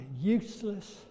useless